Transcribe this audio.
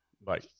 bye